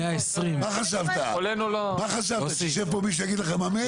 מה חשבת, שישב פה מישהו ויגיד לכם אמן?